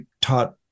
taught